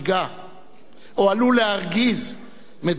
או עלול להרגיז מדינות התומכות בטרור.